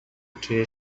توی